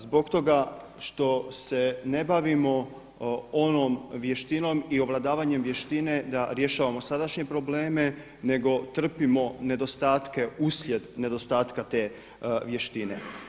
Zbog toga što se ne bavimo onom vještinom i ovladavanjem vještine da rješavamo sadašnje probleme nego trpimo nedostatke uslijed nedostatka te vještine.